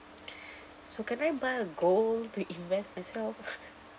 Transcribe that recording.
so can I buy a gold to invest myself